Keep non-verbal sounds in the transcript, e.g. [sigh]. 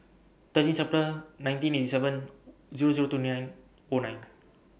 thirteen [unintelligible] nineteen eighty seven Zero Zero two nine O nine